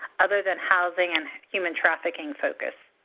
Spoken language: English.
other than housing and human trafficking focused?